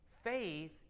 Faith